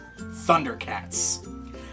Thundercats